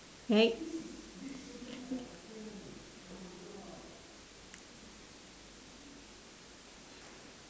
right